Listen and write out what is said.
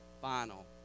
final